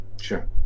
Sure